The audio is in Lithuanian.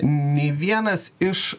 nei vienas iš